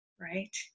Right